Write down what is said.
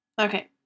Okay